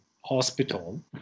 hospital